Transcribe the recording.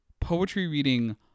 poetry-reading